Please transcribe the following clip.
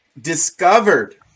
Discovered